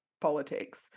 politics